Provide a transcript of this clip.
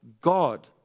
God